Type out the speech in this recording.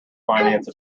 finance